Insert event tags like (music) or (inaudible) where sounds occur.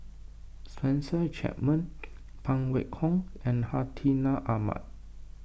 Spencer Chapman (noise) Phan Wait Hong and Hartinah Ahmad